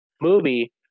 movie